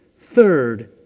third